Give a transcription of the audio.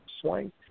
swing